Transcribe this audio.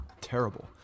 Terrible